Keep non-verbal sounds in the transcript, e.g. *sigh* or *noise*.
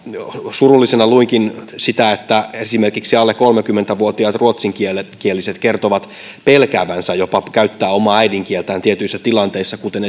surullisena luinkin sitä että esimerkiksi alle kolmekymmentä vuotiaat ruotsinkieliset kertovat pelkäävänsä jopa käyttää omaa äidinkieltään tietyissä tilanteissa kuten *unintelligible*